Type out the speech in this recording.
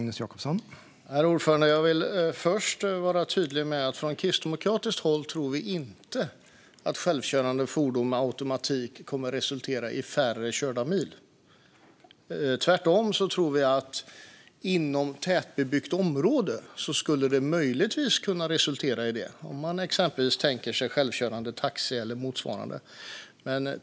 Herr talman! Jag vill först vara tydlig med att vi från kristdemokratiskt håll inte tror att självkörande fordon med automatik kommer att resultera i färre körda mil. Inom tätbebyggt område skulle det möjligtvis kunna resultera i detta, om vi exempelvis tänker oss självkörande taxi eller motsvarande.